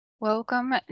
Welcome